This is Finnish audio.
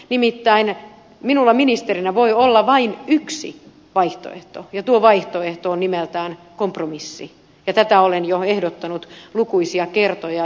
nimittäin minulla ministerinä voi olla vain yksi vaihtoehto ja tuo vaihtoehto on nimeltään kompromissi ja tätä olen jo ehdottanut lukuisia kertoja